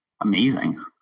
amazing